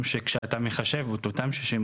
כנוסחו בסעיף 58(2)